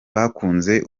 bakunze